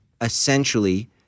essentially